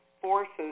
forces